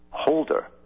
holder